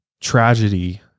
tragedy